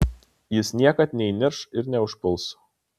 jis niekad neįnirš ir neužpuls